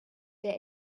der